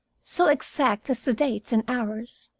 so exact as to dates and hours.